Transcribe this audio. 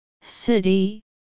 City